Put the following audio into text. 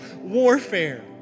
warfare